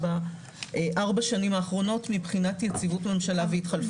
בארבע השנים האחרונות מבחינת יציבות ממשלה והתחלפות.